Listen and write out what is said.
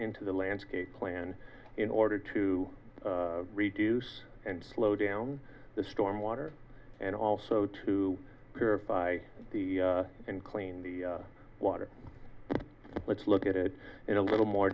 into the landscape plan in order to reduce and slow down the storm water and also to purify the and clean the water let's look at it in a little more